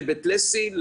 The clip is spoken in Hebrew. לבית לסין,